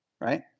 right